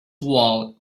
walls